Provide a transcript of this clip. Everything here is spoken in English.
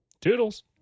Toodles